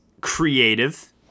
creative